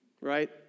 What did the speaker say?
right